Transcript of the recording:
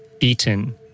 beaten